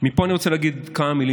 מפה אני רוצה להגיד כמה מילים.